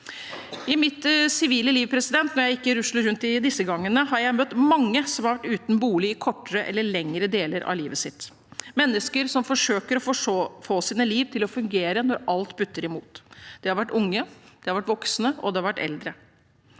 i disse gangene, har jeg møtt mange som har vært uten bolig i kortere eller lengre deler av livet sitt, mennesker som forsøker å få sine liv til å fungere når alt butter imot. Det har vært unge, det har